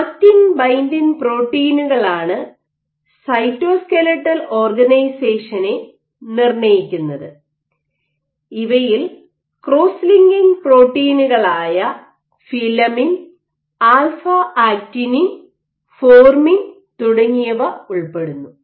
actin binding പ്രോട്ടീനുകളാണ് cytoskeletal ഓർഗനൈസേഷനെ നിർണ്ണയിക്കുന്നത് ഇവയിൽ ക്രോസ് ലിങ്കിംഗ് പ്രോട്ടീനുകളായ ഫിലമിൻ ആൽഫ ആക്ടിനിൻ ഫോർമിൻ തുടങ്ങിയവ ഉൾപ്പെടുന്നു